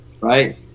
right